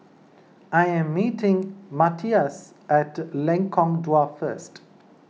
I am meeting Matias at Lengkong Dua first